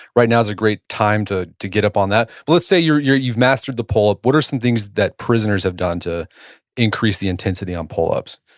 right now's a great time to to get up on that. but, let's say you've mastered the pull-up. what are some things that prisoners have done to increase the intensity on pull-ups?